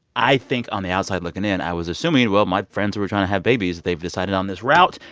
i think, on the outside looking in, i was assuming, well, my friends who are trying to have babies, they've decided on this route,